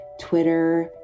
Twitter